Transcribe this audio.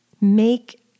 make